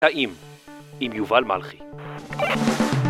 קטעים עם יובל מלחי